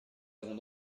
avons